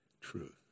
truth